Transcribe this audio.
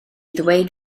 ddweud